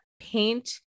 paint